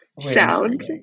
sound